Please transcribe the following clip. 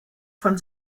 von